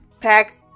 pack